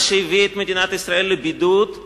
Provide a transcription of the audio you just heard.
מה שהביא את מדינת ישראל לבידוד הוא